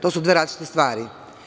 To su dve različite stvari.